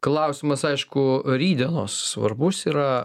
klausimas aišku rytdienos svarbus yra